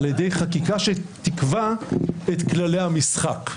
על ידי חקיקה שתקבע את כללי המשחק.